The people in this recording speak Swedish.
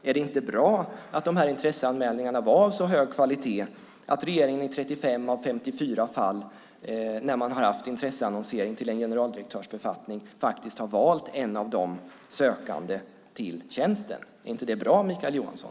Är det inte bra att de här intresseanmälningarna var av så hög kvalitet att regeringen i 35 av 54 fall, när man har haft intresseannonsering till en generaldirektörsbefattning, faktiskt har valt en av de sökande till tjänsten? Är det inte bra, Mikael Johansson?